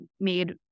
made